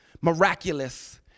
miraculous